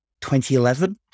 2011